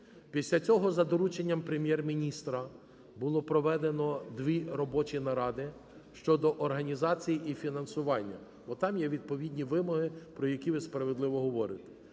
Після цього за дорученням Прем'єр-міністра було проведено дві робочі наради щодо організації і фінансування, бо там є відповідні вимоги, про які ви справедливо говорите.